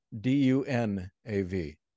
D-U-N-A-V